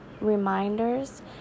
reminders